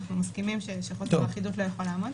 אנחנו מסכימים שהשלכות לא אחידות לא יכולות לעמוד.